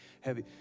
heavy